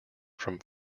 from